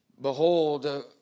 behold